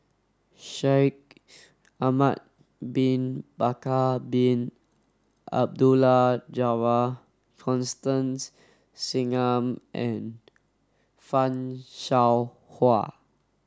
Shaikh Ahmad bin Bakar Bin Abdullah Jabbar Constance Singam and Fan Shao Hua